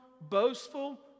boastful